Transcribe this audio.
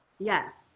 yes